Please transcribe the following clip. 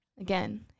Again